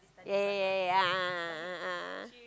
yeah yeah yeah yeah yeah a'ah a'ah a'ah